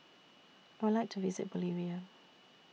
I Would like to visit Bolivia